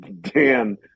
Dan